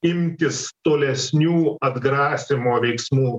imtis tolesnių atgrasymo veiksmų